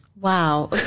Wow